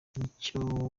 nicyo